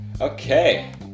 Okay